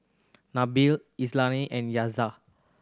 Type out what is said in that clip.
Nabil Izzati and